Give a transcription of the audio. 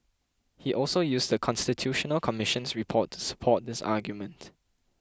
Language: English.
he also used The Constitutional Commission's report to support this argument